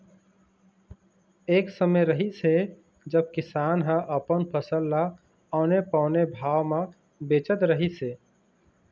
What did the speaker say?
एक समे रिहिस हे जब किसान ह अपन फसल ल औने पौने भाव म बेचत रहिस हे